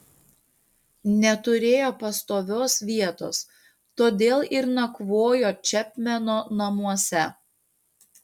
neturėjo pastovios vietos todėl ir nakvojo čepmeno namuose